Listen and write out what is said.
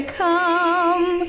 come